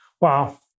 Wow